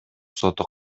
соту